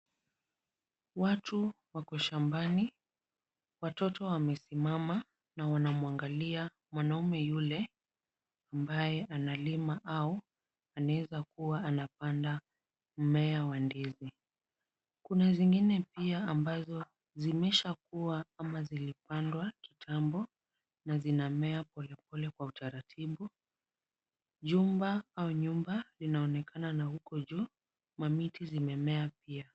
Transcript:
Watu wako shambani. Watoto wamesimama na wanamwangalia mwanamume yule ambaye analima au anaweza kuwa anapanda mmea wa ndizi. Kuna zingine pia ambazo zimeshakua kama zilipandwa kitambo na zinamea pole pole kwa utaratibu. Jumba au nyumba linaonekana na huko juu na miti zimemea pia.